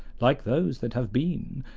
like those that have been,